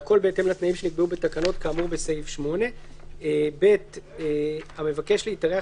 והכול בהתאם לתנאים שנקבעו בתקנות כאמור בסעיף 8. (ב)המבקש להתארח